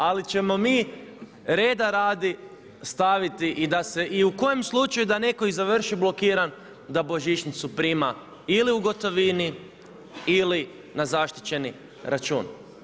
Ali ćemo mi reda radi staviti i da se i u kojem slučaju da netko i završi blokiran da božićnicu prima ili u gotovini ili na zaštićeni račun.